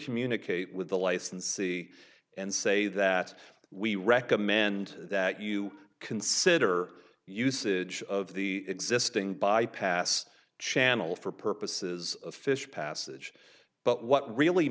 communicate with the licensee and say that we recommend that you consider usage of the existing bypass channel for purposes of fish passage but what really